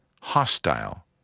hostile